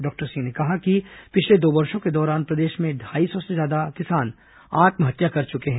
doctor Singh ने कहा कि पिछले दो वर्षों के दौरान प्रदेश में ढाई सौ से ज्यादा किसान आत्महत्या कर चूके हैं